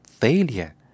failure